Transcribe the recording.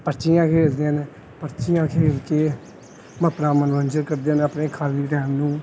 ਪਰਚੀਆਂ ਖੇਡਦੇ ਹਨ ਪਰਚੀਆਂ ਖੇਡ ਕੇ ਆਪਣਾ ਮਨੋਰੰਜਨ ਕਰਦੇ ਹਨ ਆਪਣੇ ਖਾਲੀ ਟੈਮ ਨੂੰ